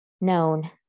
known